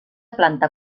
planta